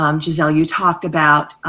um gisele, you talked about